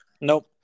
Nope